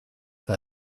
her